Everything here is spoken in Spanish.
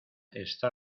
está